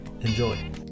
enjoy